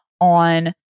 on